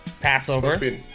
passover